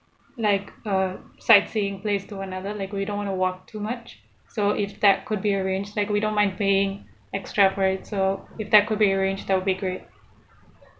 like uh sightseeing place to another like we don't want to walk too much so if that could be arranged like we don't mind paying extra for it so if that could be arranged that will be great